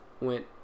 went